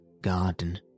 garden